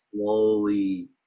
slowly